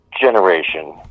generation